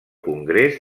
congrés